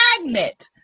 magnet